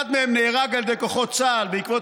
אחד מהם נהרג על ידי כוחות צה"ל בעקבות